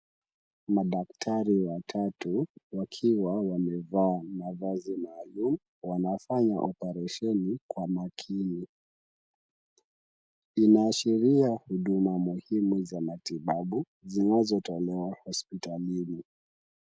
Madaktari watatu wakiwa wamevaa mavazi maalum. Wanafanya oparesheni kwa makini. Inaashiria huduma muhimu za matibabu zinazotolewa hospitalini.